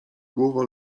głowa